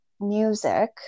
music